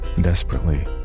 Desperately